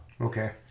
okay